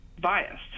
biased